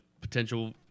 potential